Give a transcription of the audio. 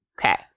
Okay